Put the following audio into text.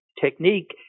technique